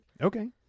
Okay